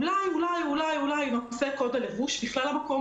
אולי אולי אולי נושא קוד הלבוש בכלל המקום